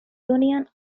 union